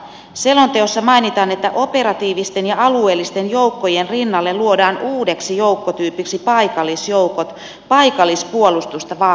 selonteossa mainitaan että operatiivisten ja alueellisten joukkojen rinnalle luodaan uudeksi joukkotyypiksi paikallisjoukot paikallispuolustusta vahvistamaan